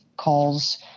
calls